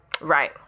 Right